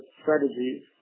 strategies